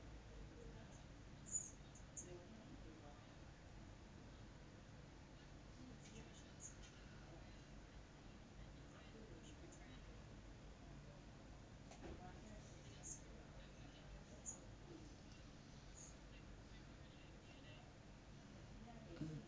mm